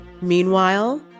Meanwhile